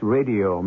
Radio